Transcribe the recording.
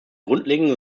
grundlegenden